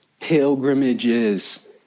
pilgrimages